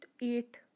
eight